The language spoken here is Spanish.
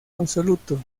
absoluto